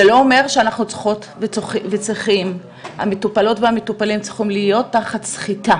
זה לא אומר שאנחנו המטופלות והמטופלים צריכים להיות תחת סחיטה.